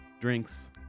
drinks